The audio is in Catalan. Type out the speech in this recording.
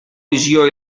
visió